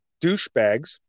douchebags